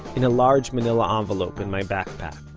in a large manila envelope in my backpack.